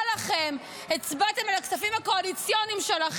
העזתם לתקצב 5 מיליארד כספים קואליציוניים,